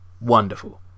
wonderful